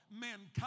Mankind